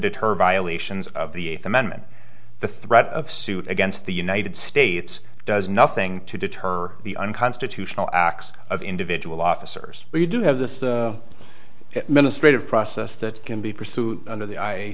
deter violations of the eighth amendment the threat of suit against the united states does nothing to deter the unconstitutional acts of individual officers but you do have the ministry of process that can be pursued under the i